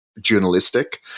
journalistic